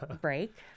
break